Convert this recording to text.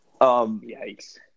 yikes